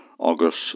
August